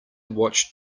watched